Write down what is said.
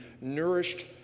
nourished